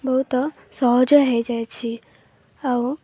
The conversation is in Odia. ବହୁତ ସହଜ ହେଇଯାଇଛି ଆଉ